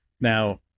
Now